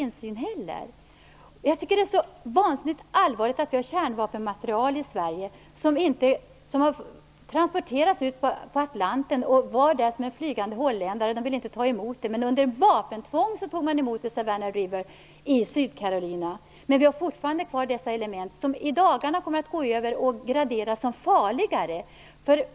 Jag tycker att det är vansinnigt allvarligt att vi har kärnvapenmaterial i Sverige som transporteras ut på Atlanten som en flygande holländare. Man vill inte ta emot det. Under vapentvång tog man emot det i Savannah River i Syd-Carolina. Men vi har fortfarande kvar dessa element, som i dagarna kommer att graderas som farligare.